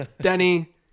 Denny